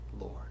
Lord